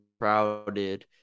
crowded